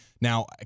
Now